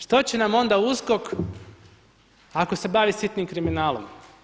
Što će nam onda USKOK ako se bavi sitnim kriminalom?